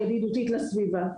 הידידותית לסביבה.